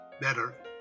better